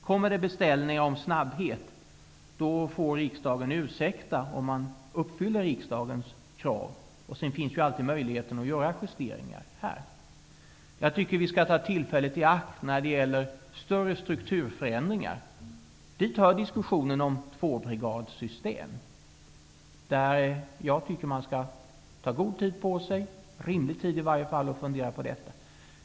Kommer det beställningar om snabbhet får riksdagen ursäkta om man uppfyller riksdagens krav. Det finns ju alltid en möjlighet att göra justeringar här. Jag tycker att vi skall ta tillfället i akt när det gäller större strukturförändringar. Dit hör diskussionen om tvåbrigadssystem. Jag tycker att man skall ta god, eller åtminstone rimlig, tid på sig för att fundera över detta.